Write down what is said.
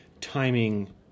timing